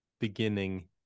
beginning